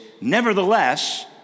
nevertheless